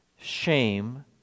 shame